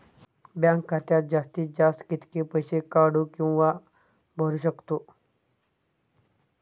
Bank खात्यात जास्तीत जास्त कितके पैसे काढू किव्हा भरू शकतो?